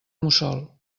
mussol